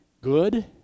good